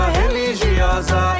religiosa